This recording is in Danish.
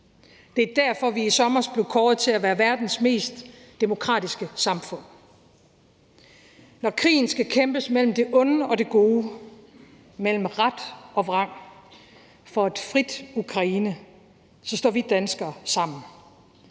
Det er derfor, vi i sommer blev kåret til at være verdens mest demokratiske samfund. Når krigen skal kæmpes mellem det onde og det gode, mellem ret og vrang, for et frit Ukraine, står vi danskere sammen.